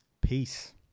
Peace